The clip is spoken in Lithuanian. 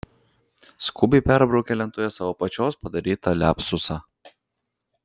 skubiai perbraukė lentoje savo pačios padarytą liapsusą